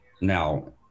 now